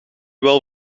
wel